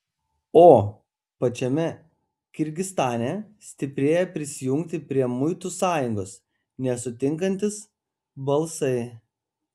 o pačiame kirgizstane stiprėja prisijungti prie muitų sąjungos nesutinkantys balsai